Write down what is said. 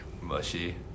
mushy